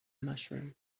mushroom